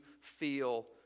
feel